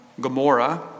Gomorrah